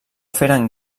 feren